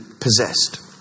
possessed